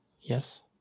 Yes